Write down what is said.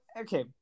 okay